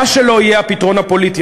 מה שלא יהיה הפתרון הפוליטי.